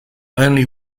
only